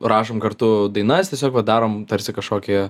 rašom kartu dainas tiesiog va darom tarsi kažkokį